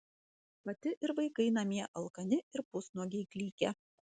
pati ir vaikai namie alkani ir pusnuogiai klykia